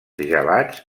gelats